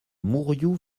mourioux